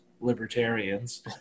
libertarians